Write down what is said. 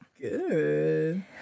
Good